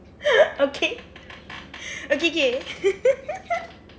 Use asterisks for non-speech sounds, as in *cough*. *laughs* okay okay okay *laughs*